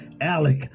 Alec